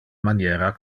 maniera